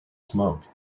smoke